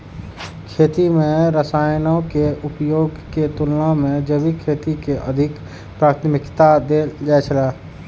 खेती में रसायनों के उपयोग के तुलना में जैविक खेती के अधिक प्राथमिकता देल जाय छला